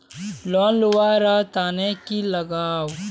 Loan लुवा र तने की लगाव?